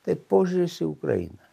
tai požiūris į ukrainą